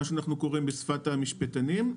בשפת המשפטנים,